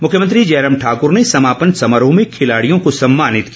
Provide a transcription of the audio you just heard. मुख्यमंत्री जयराम ठाकूर ने समापन समारोह में खिलाड़ियों को सम्मानित किया